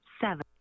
seven